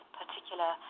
particular